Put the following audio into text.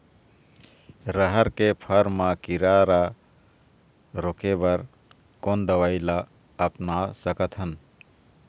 रहर के फर मा किरा रा रोके बर कोन दवई ला अपना सकथन?